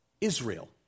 Israel